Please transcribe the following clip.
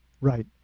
Right